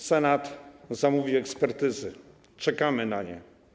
Senat zamówił ekspertyzy, czekamy na nie.